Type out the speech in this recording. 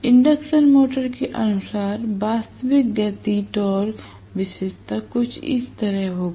induction motor के अनुसार वास्तविक गति टॉर्क विशेषता कुछ इस तरह होगी